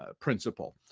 ah principle.